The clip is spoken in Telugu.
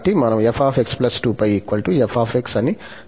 మరియు ఇది పీరియాడిక్ కాబట్టి మనం f x 2 π f అని చెప్పగలం